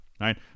Right